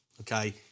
Okay